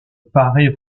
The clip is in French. paraît